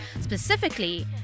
Specifically